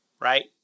right